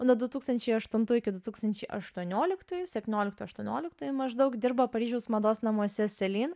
o nuo du tūkstanšiai aštuntųjų iki du tūkstančiai aštuonioliktųjų septyniolikyų aštuoniolikyųjų maždaug dirba paryžiaus mados namuose selin